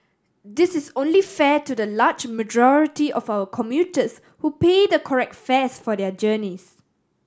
this is only fair to the large majority of our commuters who pay the correct fares for their journeys